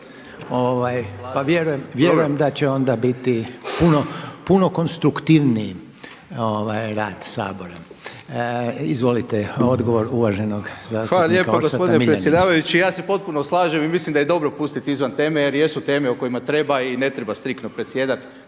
pa vjerujem da će onda biti puno konstruktivniji rad Sabora. Izvolite, odgovor uvaženog zastupnika Orsata Miljenića. **Miljenić, Orsat (SDP)** Gospodine predsjedavajući, ja se potpuno slažem i mislim da je dobro pustiti izvan teme, jer jesu teme o kojima treba i ne treba striktno predsjedati.